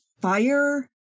fire